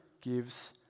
gives